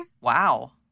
Wow